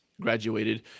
graduated